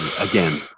again